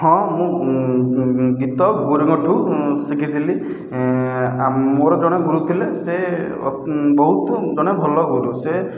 ହଁ ମୁଁ ଗୀତ ଗୁରୁଙ୍କ ଠୁ ଶିଖିଥିଲି ମୋର ଜଣେ ଗୁରୁ ଥିଲେ ଅତି ବହୁତ ଜଣେ ଭଲ ଗୁରୁ